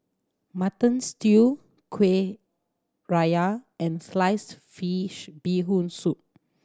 Mutton Stew Kuih Syara and sliced fish Bee Hoon Soup